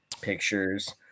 pictures